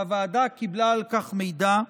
והוועדה קיבלה על כך מידע,